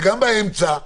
וגם באמצע.